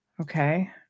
Okay